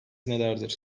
nelerdir